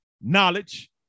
knowledge